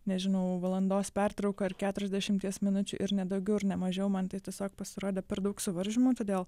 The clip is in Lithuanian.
nežinau valandos pertrauką ar keturiasdešimties minučių ir ne daugiau ir ne mažiau man tai tiesiog pasirodė per daug suvaržymų todėl